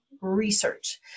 research